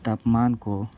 तापमान को